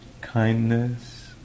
kindness